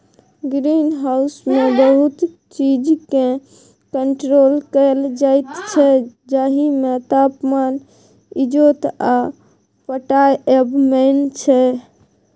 green हाउसमे बहुत चीजकेँ कंट्रोल कएल जाइत छै जाहिमे तापमान, इजोत आ पटाएब मेन छै